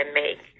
make